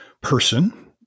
person